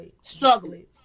struggling